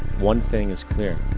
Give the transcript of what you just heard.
one thing is clear.